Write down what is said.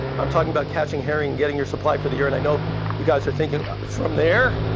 i'm talking about catching herring, getting your supply for the year. and i know you guys are thinking, from there?